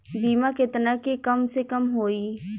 बीमा केतना के कम से कम होई?